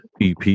EP